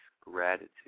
gratitude